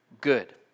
good